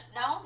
no